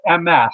MS